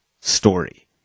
story